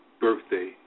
birthday